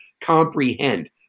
comprehend